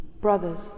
Brothers